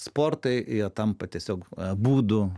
sportai jie tampa tiesiog būdu